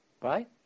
Right